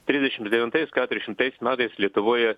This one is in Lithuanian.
trisdešimts devintais keturiasdešimtais lietuvoje